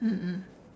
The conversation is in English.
mm mm